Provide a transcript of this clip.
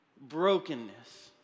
brokenness